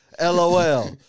LOL